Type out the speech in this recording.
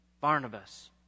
Barnabas